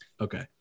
okay